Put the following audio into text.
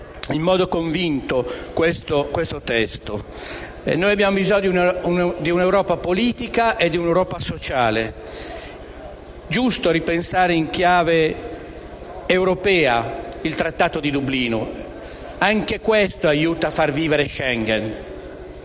in modo convinto questo provvedimento. Abbiamo bisogno di un'Europa politica e di un'Europa sociale. È giusto ripensare in chiave europea il Trattato di Dublino: anche questo aiuta a far vivere Schengen.